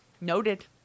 noted